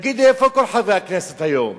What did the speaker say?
תגיד לי, איפה כל חברי הכנסת הערבים היום?